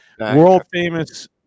world-famous